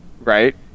Right